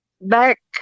back